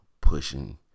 pushing